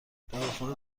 داروخانه